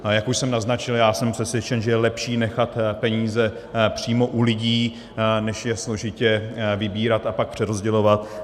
A jak už jsem naznačil, jsem přesvědčen, že je lepší nechat peníze přímo u lidí než je složitě vybírat a pak přerozdělovat.